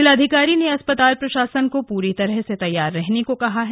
जिलाधिकारी ने अस्पताल प्रशासन को पूरी तरह से तैयार रहने को कहा है